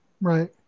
right